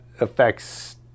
affects